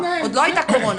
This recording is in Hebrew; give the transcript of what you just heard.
עוד לא הייתה קורונה,